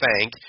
thank